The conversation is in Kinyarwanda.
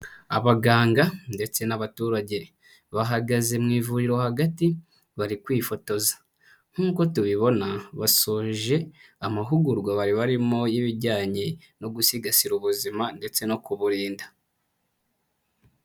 Abaganga ndetse n'abaturage, bahagaze mu ivuriro hagati bari kwifotoza. Nk'uko tubibona, basoje amahugurwa bari barimo y'ibijyanye no gusigasira ubuzima ndetse no kuburinda.